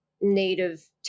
native